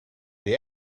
they